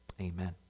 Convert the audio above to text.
Amen